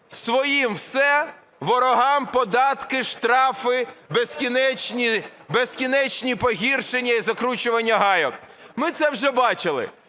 своїм – все, ворогам – податки, штрафи, безкінечні погіршення і закручування гайок. Ми це вже бачили.